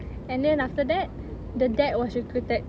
and then after that the dad was recruited